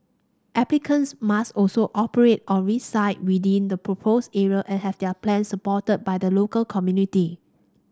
applicants must also operate or reside within the proposed area and have their plans supported by the local community